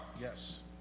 Yes